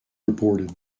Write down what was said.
reported